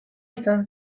izan